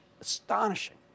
Astonishing